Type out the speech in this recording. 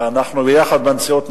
אנחנו נעלה את זה ביחד בנשיאות.